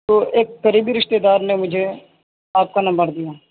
تو ایک قریبی رشتے دار نے مجھے آپ کا نمبر دیا